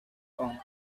kong